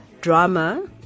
drama